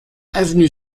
avenue